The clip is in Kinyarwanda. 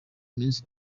minsi